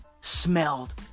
smelled